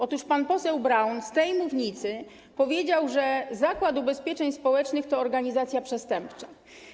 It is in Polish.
Otóż pan poseł Braun z tej mównicy powiedział, że Zakład Ubezpieczeń Społecznych to organizacja przestępcza.